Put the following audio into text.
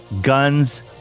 guns